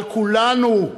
על כולנו,